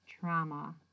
trauma